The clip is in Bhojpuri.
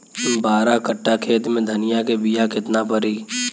बारह कट्ठाखेत में धनिया के बीया केतना परी?